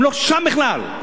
הם לא שם בכלל.